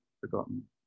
forgotten